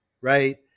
right